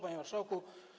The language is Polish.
Panie Marszałku!